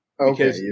Okay